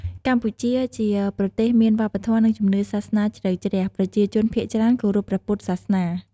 កម្ពុជា ជាប្រទេសមានវប្បធម៌ និងជំនឿសាសនាជ្រៅជ្រះ ប្រជាជនភាគច្រើនគោរពព្រះពុទ្ធសាសនា។